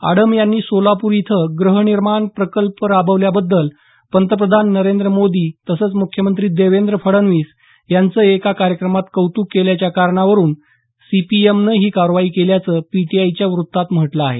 आडम यांनी सोलापूर इथं गृहनिर्माण प्रकल्प राबवल्याबद्दल पंतप्रधान नरेंद्र मोदी तसंच मुख्यमंत्री देवेंद्र फडणवीस यांचं एका कार्यक्रमात कौतुक केल्याच्या कारणावरून सीपीएमनं ही कारवाई केल्याचं पीटीआयच्या वृत्तात म्हटलं आहे